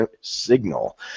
signal